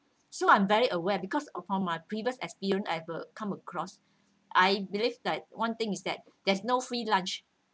so I'm very aware because of on my previous experience I got come across I believe like one thing is that there's no free lunch